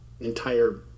entire